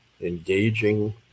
engaging